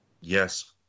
Yes